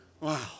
Wow